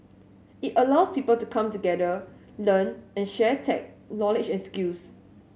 it allows people to come together learn and share tech knowledge and skills